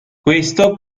questo